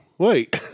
Wait